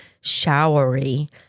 Showery